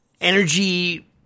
energy